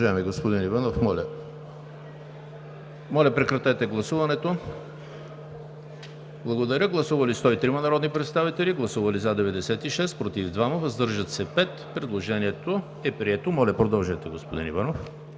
Предложението е прието. Моля, продължете, господин Иванов.